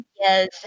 Yes